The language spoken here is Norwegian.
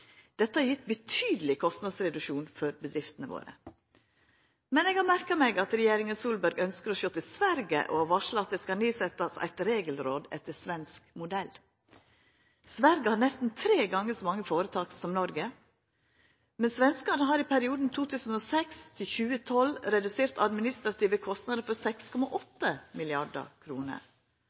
Dette har gjeve betydelege kostnadsreduksjonar for bedriftene våre. Men eg har merka meg at regjeringa Solberg ønskjer å sjå til Sverige, og har varsla at det skal setjast ned eit regelråd etter svensk modell. Sverige har nesten tre gonger så mange føretak som Noreg. Svenskane har i perioden 2006–2012 redusert administrative kostnader for 6,8